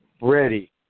ready